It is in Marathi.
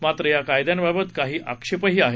मात्र या कायद्यांबाबत काही आक्षेपही आहेत